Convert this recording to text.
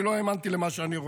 אני לא האמנתי למה שאני רואה.